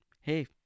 hey